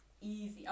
Easy